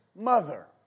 mother